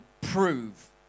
prove